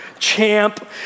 Champ